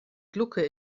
glucke